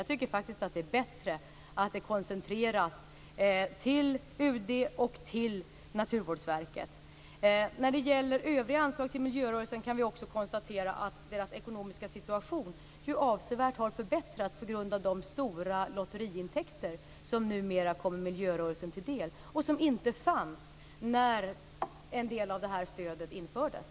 Jag tycker faktiskt att det är bättre att det koncentreras till UD och till När det gäller övriga anslag till miljörörelsen kan vi också konstatera att deras ekonomiska situation avsevärt har förbättrats på grund av de stora lotteriintäkter som numera kommer miljörörelsen till del och som inte fanns när en del av detta stöd infördes.